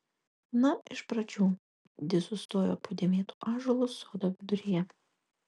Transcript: na iš pradžių di sustojo po dėmėtu ąžuolu sodo viduryje